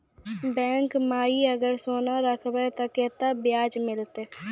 Bank माई अगर सोना राखबै ते कतो ब्याज मिलाते?